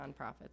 nonprofits